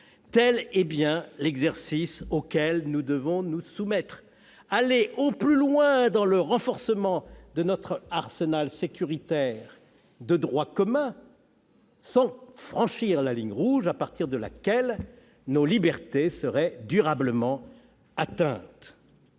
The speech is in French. Tel est bien l'exercice auquel nous devons nous soumettre : aller le plus loin possible dans le renforcement de notre arsenal sécuritaire de droit commun, sans franchir la ligne rouge à partir de laquelle nos libertés seraient durablement atteintes.